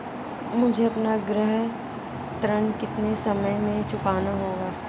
मुझे अपना गृह ऋण कितने समय में चुकाना होगा?